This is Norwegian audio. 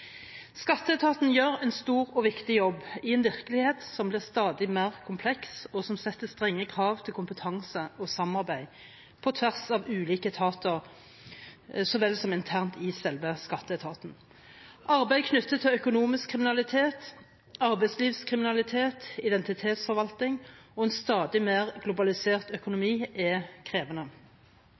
Skatteetaten gjør en stor og viktig jobb i en virkelighet som blir stadig mer kompleks, og som setter strenge krav til kompetanse og samarbeid på tvers av ulike etater, så vel som internt i selve Skatteetaten. Arbeid knyttet til økonomisk kriminalitet, arbeidslivskriminalitet, identitetsforvaltning og en stadig mer globalisert økonomi, er krevende.